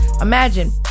imagine